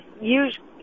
usually